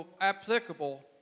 applicable